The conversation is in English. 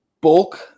bulk